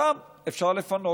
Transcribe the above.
אותם אפשר לפנות,